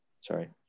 Sorry